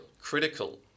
critical